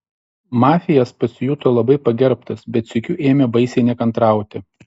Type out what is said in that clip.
mafijas pasijuto labai pagerbtas bet sykiu ėmė baisiai nekantrauti